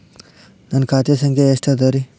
ನನ್ನ ಖಾತೆ ಸಂಖ್ಯೆ ಎಷ್ಟ ಅದರಿ?